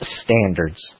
standards